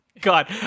God